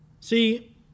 See